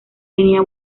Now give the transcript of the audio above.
tenía